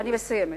אני מסיימת.